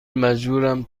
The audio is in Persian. مجبورم